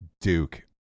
Duke